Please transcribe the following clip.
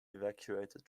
evacuated